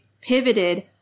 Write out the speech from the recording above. pivoted